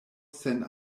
sen